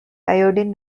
iodine